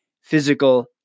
physical